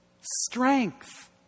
strength